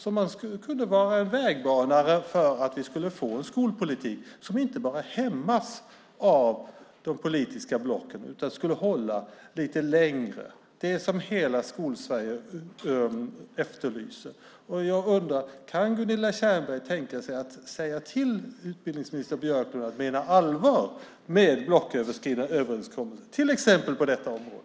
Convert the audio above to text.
Det kunde vara en vägbanare för att få en skolpolitik som inte bara hämmas av de politiska blocken utan skulle hålla lite längre. Det är det som hela Skol-Sverige efterlyser. Kan Gunilla Tjernberg tänka sig att säga till utbildningsminister Björklund att mena allvar med blocköverskridande överenskommelser, till exempel på detta område?